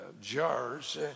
jars